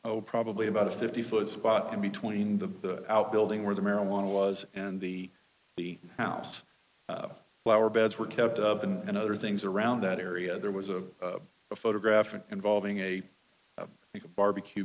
oh probably about a fifty foot spot in between the out building where the marijuana was and the the house flower beds were kept and other things around that area there was a photographic involving a barbecue